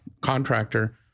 contractor